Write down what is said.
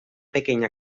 pequeña